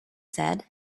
said